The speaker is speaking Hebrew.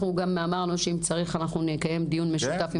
אמרנו שאם צריך נקיים דיון משותף עם